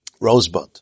Rosebud